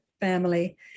family